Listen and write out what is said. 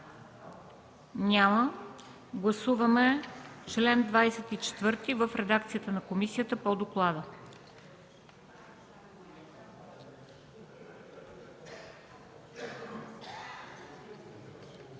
Няма. Гласуваме чл. 24 в редакцията на комисията по доклада.